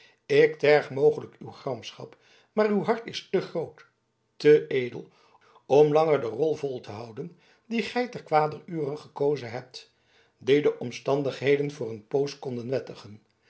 ik terg mogelijk uw gramschap maar uw hart is te groot te edel om langer de rol vol te houden die gij ter kwader ure gekozen hebt die de omstandigheden voor een poos konden wettigen